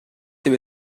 деп